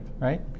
Right